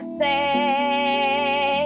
say